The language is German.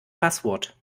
passwort